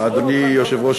אדוני היושב-ראש,